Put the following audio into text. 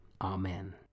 Amen